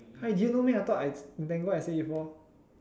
!huh! you didn't know meh I thought I tango I say before